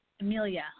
Amelia